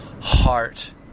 heart